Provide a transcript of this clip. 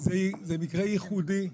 זה מקרה ייחודי.